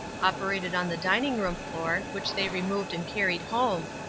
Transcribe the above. operated on the dining-room floor, which they removed and carried home,